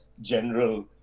general